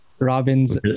Robin's